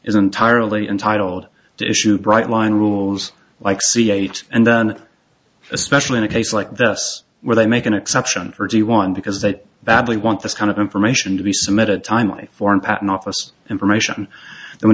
entirely entitled to issue bright line rules like c h and then especially in a case like this where they make an exception or do you want because that badly want this kind of information to be submitted timely form patent office information and w